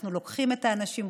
אנחנו לוקחים את האנשים,